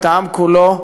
את העם כולו,